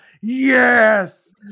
Yes